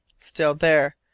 still there.